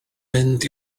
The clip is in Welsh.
mynd